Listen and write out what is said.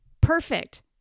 Perfect